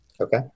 Okay